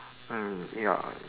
mm ya